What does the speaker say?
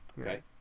Okay